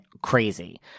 crazy